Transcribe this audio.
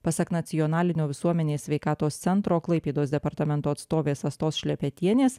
pasak nacionalinio visuomenės sveikatos centro klaipėdos departamento atstovės astos šlepetienės